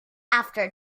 after